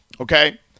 okay